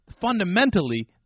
fundamentally